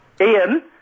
Ian